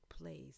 place